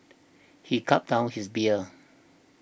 he gulped down his beer